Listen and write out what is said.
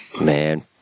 Man